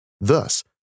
Thus